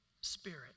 Spirit